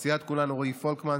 מסיעת כולנו: רועי פולקמן,